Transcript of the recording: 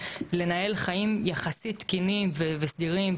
לנהל חיים יחסית תקינים וסדירים,